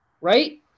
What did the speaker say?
right